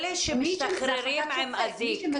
אלה שמשתחררים עם אזיק --- מי שעם צו של שופט.